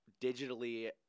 digitally